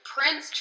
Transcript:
Prince